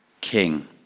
king